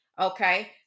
Okay